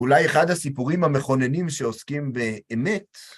אולי אחד הסיפורים המכוננים שעוסקים באמת,